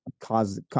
cause